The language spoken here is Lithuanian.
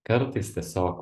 kartais tiesiog